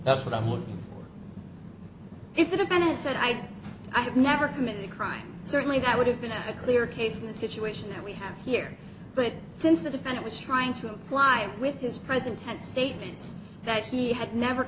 that's what i'm looking at is the bennett said i i have never committed a crime certainly that would have been at a clear case in the situation that we have here but since the fan it was trying to imply with his present tense statements that he had never